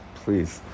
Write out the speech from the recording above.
please